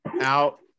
out